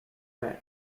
vert